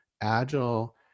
agile